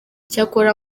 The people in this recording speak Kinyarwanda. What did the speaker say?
cyakora